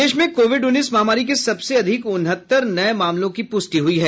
प्रदेश में कोविड उन्नीस महामारी के सबसे अधिक उनहत्तर नये मामलों की पुष्टि हुई है